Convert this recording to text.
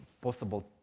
possible